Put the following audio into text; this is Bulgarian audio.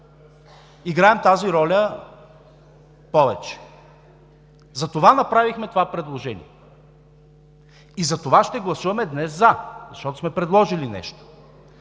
играем тази роля. Затова направихме това предложение. Затова днес ще гласуваме „за“, защото сме предложили нещо.